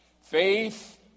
Faith